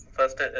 First